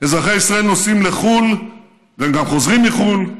אזרחי ישראל נוסעים לחו"ל והם גם חוזרים מחו"ל,